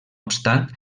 obstant